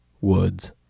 woods